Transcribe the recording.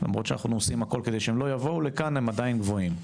למרות שאנחנו עושים הכול הם עדיין גבוהים,